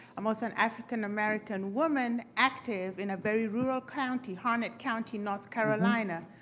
i'm also an african american woman, active in a very rural county, harnett county north carolina.